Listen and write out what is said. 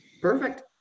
Perfect